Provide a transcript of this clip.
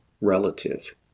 relative